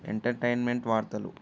entertainment వార్తలు